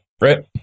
right